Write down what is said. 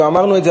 כשאמרנו את זה,